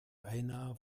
einer